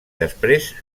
després